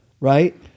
right